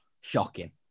shocking